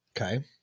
Okay